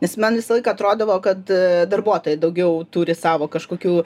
nes man visą laiką atrodydavo kad darbuotojai daugiau turi savo kažkokių